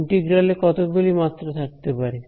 integral এ কতগুলি মাত্রা থাকতে পারে